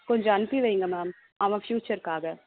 கொஞ்சம் அனுப்பி வையுங்க மேம் அவன் ஃபியூச்சர்க்காக